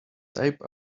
type